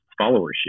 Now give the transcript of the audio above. followership